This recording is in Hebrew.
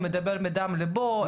הוא מדבר מדם ליבו,